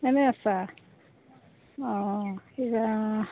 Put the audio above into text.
এনেই আছা অঁ কিবা